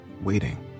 waiting